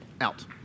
Out